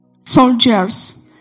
soldiers